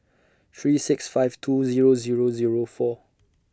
three six five two Zero Zero Zero four